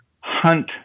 hunt